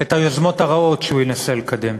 את היוזמות הרעות שהוא ינסה לקדם.